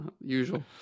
usual